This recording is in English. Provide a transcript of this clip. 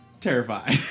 terrified